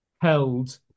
held